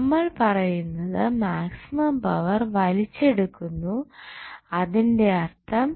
നമ്മൾ പറയുന്നത് maximum power വലിച്ചെടുക്കുന്നു അതിൻറെ അർത്ഥം